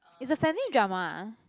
is a family drama ah